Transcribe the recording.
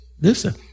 Listen